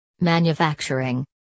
Manufacturing